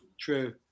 True